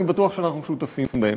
אני בטוח שאנחנו שותפים בהן.